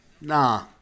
nah